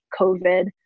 COVID